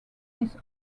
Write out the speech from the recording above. this